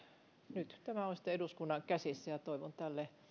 nyt tämä on sitten eduskunnan käsissä ja toivon tälle